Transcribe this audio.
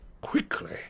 quickly